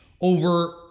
over